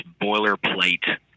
boilerplate